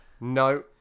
No